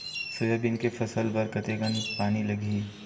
Soybean के फसल बर कतेक कन पानी लगही?